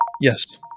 Yes